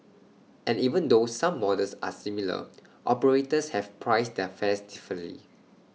and even though some models are similar operators have priced their fares differently